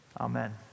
Amen